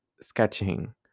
sketching